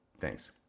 Thanks